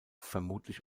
vermutlich